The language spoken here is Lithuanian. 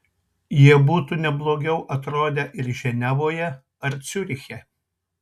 jie būtų ne blogiau atrodę ir ženevoje ar ciuriche